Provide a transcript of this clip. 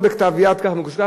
והכול בכתב יד, ככה מקושקש.